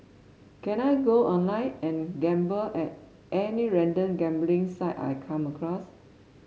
can I go online and gamble at any random gambling site I come across